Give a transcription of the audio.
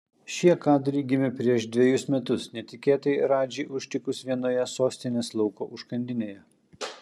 šie kadrai gimė prieš dvejus metus netikėtai radži užtikus vienoje sostinės lauko užkandinėje